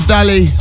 Dali